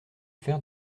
fer